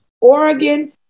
Oregon